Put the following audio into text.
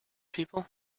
people